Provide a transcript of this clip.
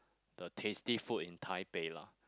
the tasty food in Taipei lah